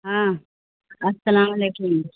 ہاں السلام علیکم